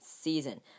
season